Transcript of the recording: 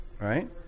right